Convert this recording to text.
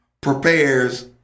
prepares